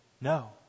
no